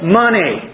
money